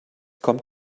kommt